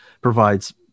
provides